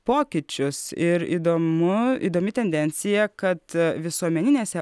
pokyčius ir įdomu įdomi tendencija kad visuomeninėse